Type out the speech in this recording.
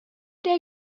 der